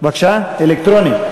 פיתוח מגזרי שוק שונים, פעולות